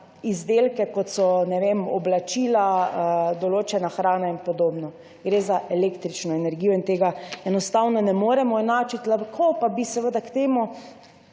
izdelke, kot so, ne vem, oblačila, določena hrana in podobno, gre za električno energijo in tega enostavno ne moremo enačiti. Lahko pa bi seveda k temu